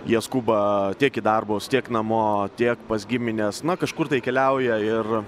jie skuba tiek į darbus tiek namo tiek pas gimines na kažkur tai keliauja ir